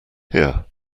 here